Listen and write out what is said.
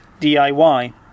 DIY